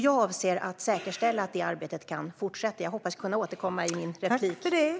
Jag avser att säkerställa att det arbetet kan fortsätta. Jag hoppas kunna återkomma till detta i mitt nästa inlägg.